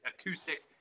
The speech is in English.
acoustic